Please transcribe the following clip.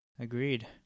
Agreed